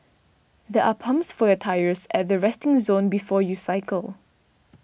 there are pumps for your tyres at the resting zone before you cycle